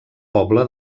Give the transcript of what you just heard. poble